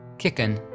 kickan,